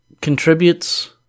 contributes